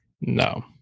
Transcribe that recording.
No